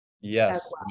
Yes